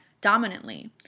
dominantly